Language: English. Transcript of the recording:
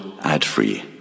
ad-free